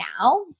now